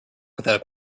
without